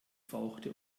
fauchte